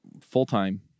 full-time